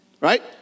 Right